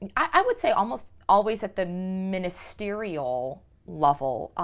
and i would say, almost always at the ministerial level,